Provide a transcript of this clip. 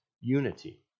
unity